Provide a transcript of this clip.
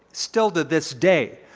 still to this day,